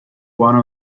one